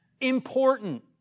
important